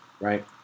right